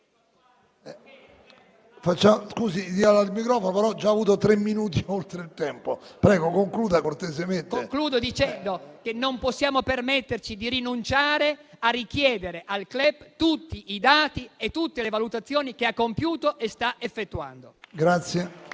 Concludo dicendo che non possiamo permetterci di rinunciare a richiedere al CLEP tutti i dati e tutte le valutazioni che ha compiuto e che sta effettuando.